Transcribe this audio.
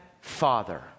father